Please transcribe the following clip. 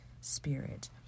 spirit